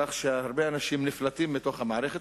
כך שהרבה אנשים נפלטים מתוך המערכת.